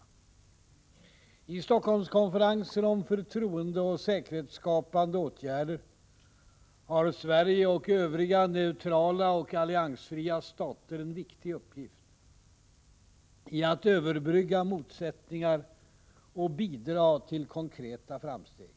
I Helsingforsskonferensen om förtroendeoch säkerhetsskapande åtgärder har Sverige och övriga neutrala och alliansfria stater en viktig uppgift i att överbrygga motsättningar och bidra till konkreta framsteg.